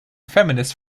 feminists